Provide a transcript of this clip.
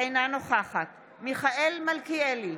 אינה נוכחת מיכאל מלכיאלי,